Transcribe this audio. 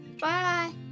Bye